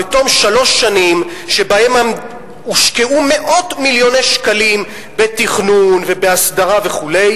בתום שלוש שנים שבהן הושקעו מאות מיליוני שקלים בתכנון ובהסדרה וכו',